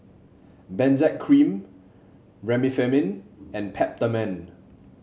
Benzac Cream Remifemin and Peptamen